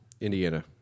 Indiana